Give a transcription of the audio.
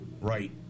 Right